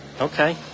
Okay